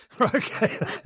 Okay